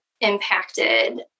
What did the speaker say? impacted